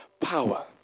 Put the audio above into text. power